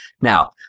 Now